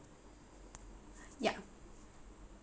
ya